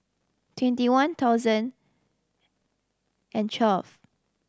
twenty one thousand and twelve